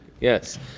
Yes